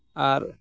ᱟᱨ